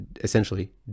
essentially